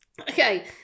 Okay